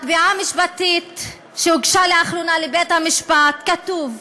בתביעה המשפטית שהוגשה לאחרונה לבית-המשפט כתוב: